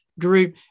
group